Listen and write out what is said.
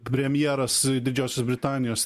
premjeras didžiosios britanijos